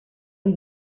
ohi